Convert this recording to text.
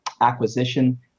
acquisition